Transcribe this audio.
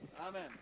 Amen